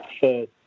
third